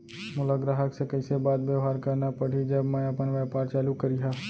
मोला ग्राहक से कइसे बात बेवहार करना पड़ही जब मैं अपन व्यापार चालू करिहा?